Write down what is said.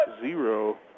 zero